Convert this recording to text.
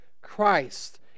Christ